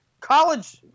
college